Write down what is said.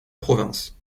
province